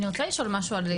אני רוצה לשאול משהו על זה.